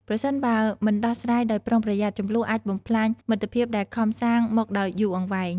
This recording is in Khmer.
ប្រសិនបើមិនដោះស្រាយដោយប្រុងប្រយ័ត្ន ជម្លោះអាចបំផ្លាញមិត្តភាពដែលខំសាងមកដោយយូរអង្វែង ។